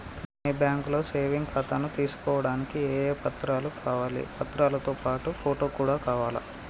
మీ బ్యాంకులో సేవింగ్ ఖాతాను తీసుకోవడానికి ఏ ఏ పత్రాలు కావాలి పత్రాలతో పాటు ఫోటో కూడా కావాలా?